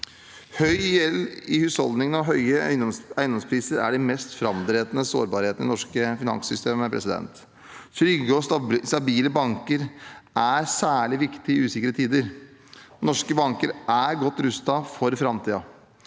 Høy gjeld i husholdningene og høye eiendomspriser er de mest framtredende sårbarhetene i det norske finanssystemet. Trygge og stabile banker er særlig viktig i usikre tider. Norske banker er godt rustet for framtiden.